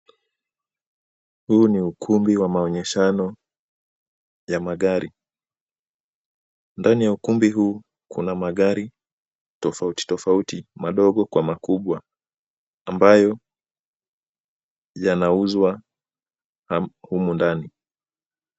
Huu ni ukumbi wa maonyeshano ya magari. Ndani ya ukumbi huu, kuna magari tofauti tofauti, madogo kwa makubwa ambayo yanauzwa humu ndani.